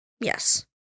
yes